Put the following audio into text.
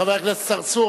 חבר הכנסת צרצור,